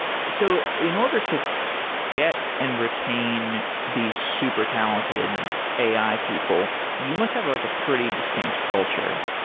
so in order to get and retain the super talented ai people, you must have a like a pretty distinct culture.